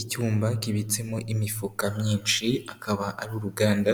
Icyumba kibitsemo imifuka myinshi, akaba ari uruganda